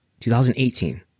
2018